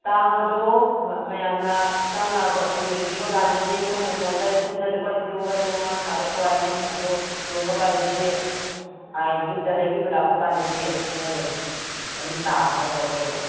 ꯇꯥꯡꯕꯗꯣ ꯃꯌꯥꯝꯅ ꯌꯦꯡꯕꯤꯕ ꯀꯥꯟꯗꯗꯤ ꯑꯩꯈꯣꯏꯅ ꯐꯣꯟꯗ ꯆꯨꯝꯅ ꯂꯨꯄꯥ ꯂꯤꯁꯤꯡ ꯑꯃꯒ ꯆꯃꯉꯥ ꯊꯥꯒꯠꯄ ꯋꯥꯅꯤ ꯑꯗꯣ ꯌꯣꯟꯕ ꯀꯥꯟꯗꯗꯤ ꯌꯨꯝꯗ ꯂꯩꯕꯤꯕ ꯂꯥꯛꯄ ꯀꯥꯟꯗꯗꯤ ꯍꯣꯡꯕꯅꯤ ꯑꯗꯨꯝ ꯇꯥꯕ ꯍꯥꯏꯇꯥꯔꯦ ꯑꯩꯈꯣꯏꯅ